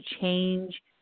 change